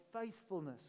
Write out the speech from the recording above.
faithfulness